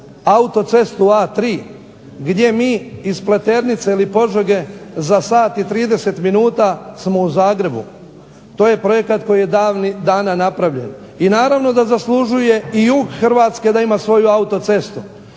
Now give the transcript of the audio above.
autocestu A3 gdje mi iz Pleternice ili Požege za 1,30 sati smo u Zagrebu. To je projekt koji je davnih dana napravljen. I naravno da zaslužuje i jug Hrvatske da ima svoju autocestu,